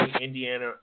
Indiana